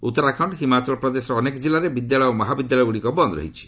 ଉତ୍ତରାଖଣ୍ଡ ହିମାଚଳ ପ୍ରଦେଶର ଅନେକ ଜିଲ୍ଲାରେ ବିଦ୍ୟାଳୟ ଓ ମହାବିଦ୍ୟାଳୟଗୁଡ଼ିକ ବନ୍ଦ୍ ରହିଛି